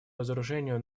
разоружению